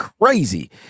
crazy